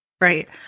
Right